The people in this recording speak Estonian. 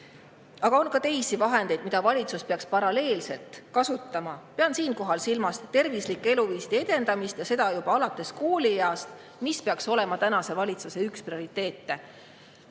Aga on ka teisi vahendeid, mida valitsus peaks paralleelselt kasutama. Pean siinkohal silmas tervislike eluviiside edendamist ja seda juba alates koolieast. See peaks olema valitsuse üks prioriteete.